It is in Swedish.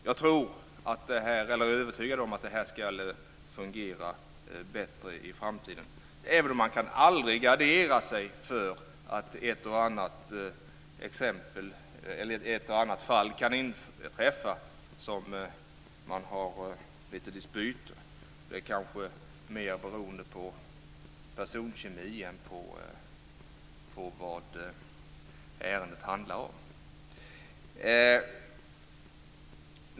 Jag är övertygad om att det här ska fungera bättre i framtiden, även om man aldrig kan gardera sig för att ett och annat fall kan inträffa där man har lite dispyter. Det beror kanske mer på personkemin än på vad ärendet handlar om.